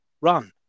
run